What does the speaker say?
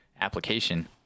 application